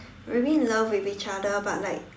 were in love with each other but like